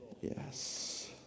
yes